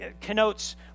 connotes